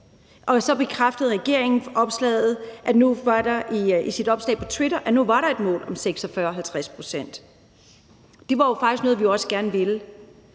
så bekræftede regeringen i sit opslag på Twitter, at der nu var et mål om 46-50 pct. Det var jo faktisk også noget, vi gerne ville,